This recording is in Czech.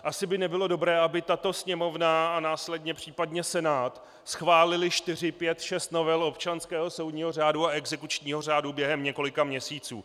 Asi by nebylo dobré, aby tato Sněmovna a následně případně Senát schválily čtyři, pět, šest novel občanského soudního řádu a exekučního řádu během několika měsíců.